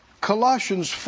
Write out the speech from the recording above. Colossians